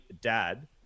dad